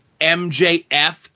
MJF